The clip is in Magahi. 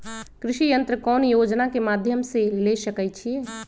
कृषि यंत्र कौन योजना के माध्यम से ले सकैछिए?